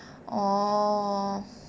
orh